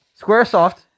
Squaresoft